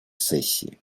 сессии